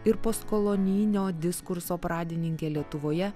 ir postkolonijinio diskurso pradininkę lietuvoje